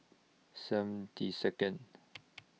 seventy Second